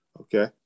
Okay